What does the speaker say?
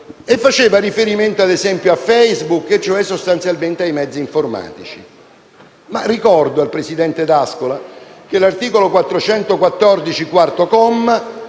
faceva riferimento - ad esempio - a Facebook e sostanzialmente ai mezzi informatici. Ma ricordo al presidente D'Ascola che l'articolo 414, quarto comma,